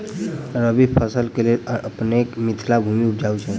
रबी फसल केँ लेल अपनेक मिथिला भूमि उपजाउ छै